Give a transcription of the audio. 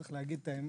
צריך להגיד את האמת.